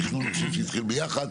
התכנון אני חושב שהתחיל ביחד,